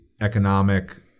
economic